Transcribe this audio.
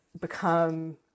become